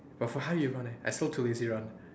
but for how you run eh I still too lazy to run